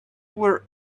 were